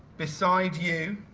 beside you